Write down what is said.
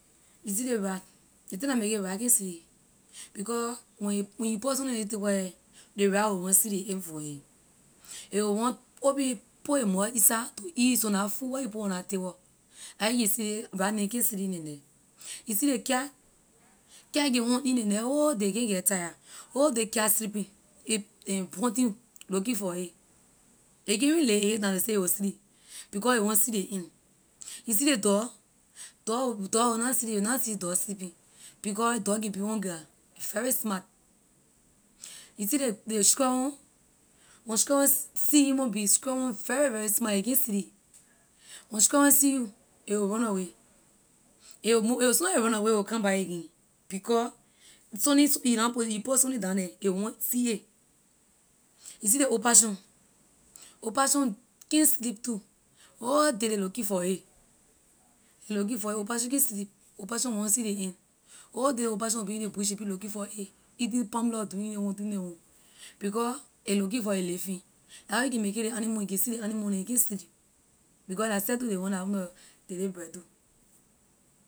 You see ley rat ley thing la make it rat can’t see it because when a when you put something on ley table here ley rat will want see ley end for it a will want open put a mouth inside to eat some la food where you put on la table la a ley can say rat neh can’t sleep in ley night you see ley cat cat can want eat in ley night whole day a can’t get tire whole day cat sleeping hunting looking for it a can even lay a hay down to say a will sleep because a want see the end you see ley dog dog will dog will na sleep you will na see dog sleeping because dog can be on guard a very smart you see ley ley squirrel when squirrel see human being squirrel very very smart a can’t sleep when squirrel see you a will runaway a will mo- soona a runaway a will come back again because sunni sun- you na put you put sunni down the a want see it you see ley opossum, opossum can’t sleep too whole day ley looking for it ley looking for it opossum can’t sleep opossum want see ley end whole day opossum will be in ley bush a be looking for a eating palm nut doing ley one doing ley one because a looking for a living la can make it ley animal you can see ley animal neh can’t sleep because la seh too ley want la own nor daily bread too.